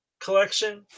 Collection